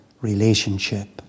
relationship